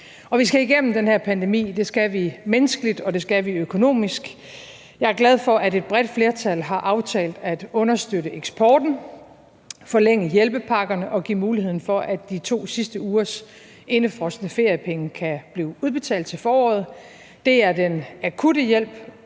Vi skal igennem den her pandemi, og det skal vi menneskeligt, og det skal vi økonomisk. Jeg er glad for, at et bredt flertal har aftalt at understøtte eksporten, forlænge hjælpepakkerne og give muligheden for, at de to sidste ugers indefrosne feriepenge kan blive udbetalt til foråret. Det er den akutte hjælp.